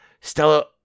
Stella